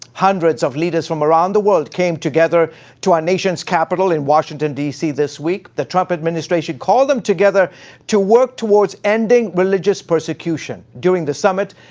hundreds of leaders from around the world came together to our nation's capital in washington, d c. this week. the trump administration called them together to work towards ending religious persecution. during the summit,